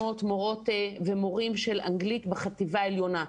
מורות ומורים של אנגלית בחטיבה העליונה.